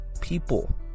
people